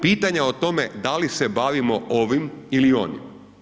Pitanja o tome da li se bavimo ovim ili onim.